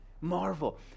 Marvel